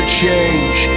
change